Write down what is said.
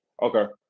Okay